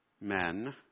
Men